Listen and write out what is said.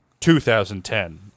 2010